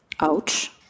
Ouch